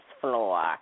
floor